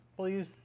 Please